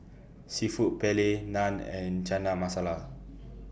Seafood Paella Naan and Chana Masala